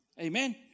Amen